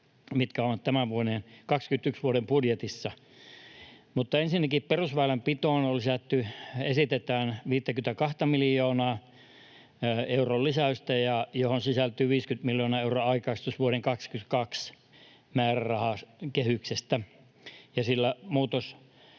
mitkä ovat tämän vuoden 21 budjetissa. Ensinnäkin perusväylänpitoon on esitetään 52 miljoonan euron lisäystä, johon sisältyy 50 miljoonan euron aikaistus vuoden 22 määrärahakehyksestä. Muutos